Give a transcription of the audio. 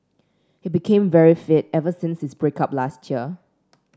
he became very fit ever since his break up last year